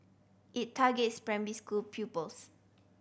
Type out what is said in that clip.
it targets school pupils